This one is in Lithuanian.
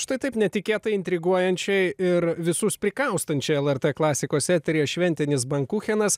štai taip netikėtai intriguojančiai ir visus prikaustančia lrt klasikos eteryje šventinis bankuchenas